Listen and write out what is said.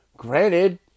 Granted